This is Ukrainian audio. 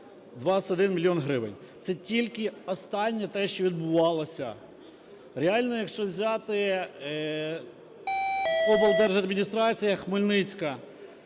21 мільйон гривень. Це тільки останнє те, що відбувалося. Реально якщо взяти, облдержадміністрація Хмельницька,